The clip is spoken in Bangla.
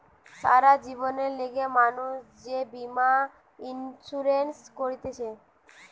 সারা জীবনের লিগে মানুষ যে বীমা ইন্সুরেন্স করতিছে